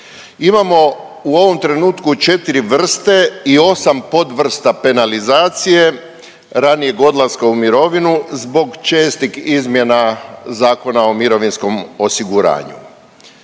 Imamo u ovom trenutku 4 vrste i 8 podvrsta penalizacije ranijeg odlaska u mirovinu zbog čestih izmjena Zakona o mirovinskom osiguranju.